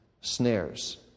snares